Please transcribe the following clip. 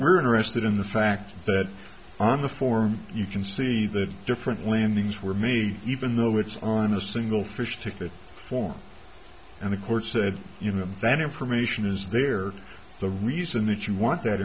we're interested in the fact that on the form you can see that different landings were me even though it's on a single fish ticket form and the court said you know that information is there the reason that you want that